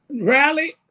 Rally